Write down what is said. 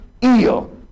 ill